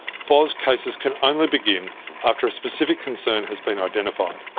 fos cases can only begin after a specific concern has been identified.